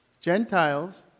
Gentiles